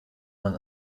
man